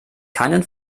keinen